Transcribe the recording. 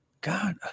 God